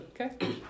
okay